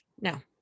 no